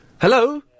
Hello